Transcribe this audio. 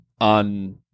on